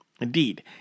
Indeed